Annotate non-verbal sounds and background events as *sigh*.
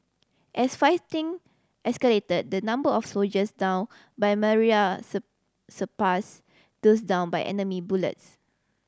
as fighting escalated the number of soldiers downed by malaria *unintelligible* surpassed those downed by enemy bullets